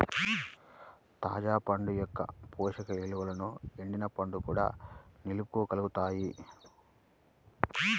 తాజా పండ్ల యొక్క పోషక విలువలను ఎండిన పండ్లు కూడా నిలుపుకోగలుగుతాయి